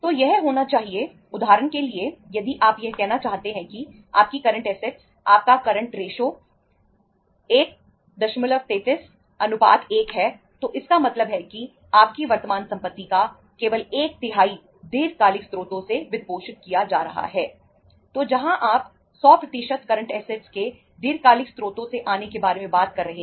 तो यह होना चाहिए उदाहरण के लिए यदि आप यह कहना चाहते हैं कि आपकी करंट ऐसेट दीर्घकालिक स्रोतों से आ रही हैं